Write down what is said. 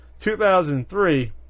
2003